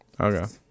okay